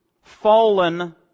fallen